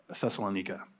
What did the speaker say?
Thessalonica